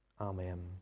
amen